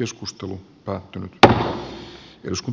joskus tunnen sisällöstä